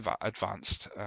advanced